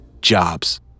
Jobs